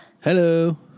Hello